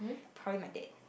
probably my dad